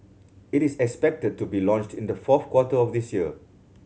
it is expected to be launched in the fourth quarter of this year